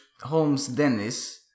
Holmes-Dennis